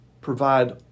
provide